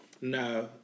No